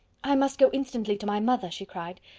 i must go instantly to my mother she cried.